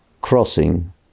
crossing